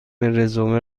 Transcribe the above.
رزومه